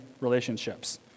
relationships